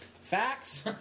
Facts